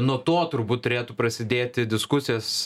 nuo to turbūt turėtų prasidėti diskusijos